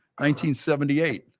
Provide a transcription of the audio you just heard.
1978